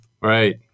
Right